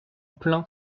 plein